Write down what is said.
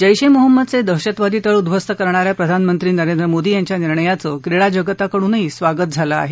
जैश ए मोहम्मदचे दहशतवादी तळ उद्धवस्त करणाऱ्या प्रधानमंत्री नरेंद्र मोदी यांच्या निर्णयाचं क्रीडा जगताकडूनही स्वागत झालं आहे